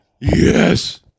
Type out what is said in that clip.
Yes